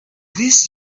this